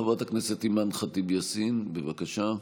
חברת הכנסת אימאן ח'טיב יאסין, בבקשה.